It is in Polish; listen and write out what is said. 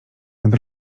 nad